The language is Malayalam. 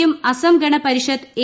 യും അസം ഗണ പരിഷത്ത് എ